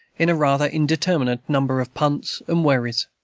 in a rather indeterminate number of punts and wherries.